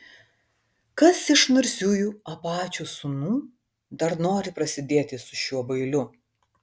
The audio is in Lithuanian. kas iš narsiųjų apačių sūnų dar nori prasidėti su šiuo bailiu